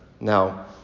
Now